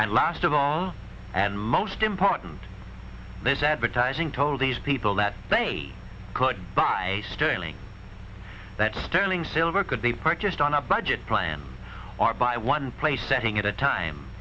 and last of all and most important this advertising told these people that they could buy a sterling that sterling silver could they purchased on a budget plan or buy one place setting at a time